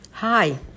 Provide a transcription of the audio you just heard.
Hi